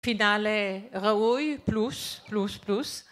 פינאלה ראוי פלוס, פלוס, פלוס.